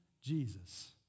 Jesus